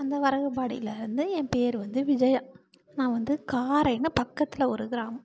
அந்த வரகுபாடையில் வந்து என் பேர் வந்து விஜயா நான் வந்து காரைனு பக்கத்தில் ஒரு கிராமம்